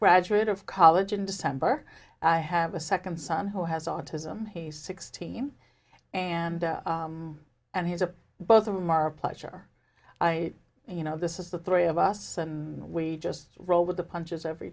graduate of college in december i have a second son who has autism he's sixteen and and he's a both of them are a pleasure i you know this is the three of us we just roll with the punches every